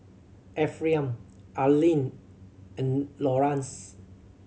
Ephraim Arleen and Lawrance